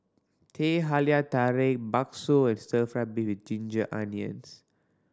Teh Halia Tarik bakso and stir fried beef with ginger onions